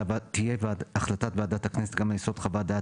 תהיה החלטת ועדת הכנסת גם על יסוד חוות דעת